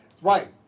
right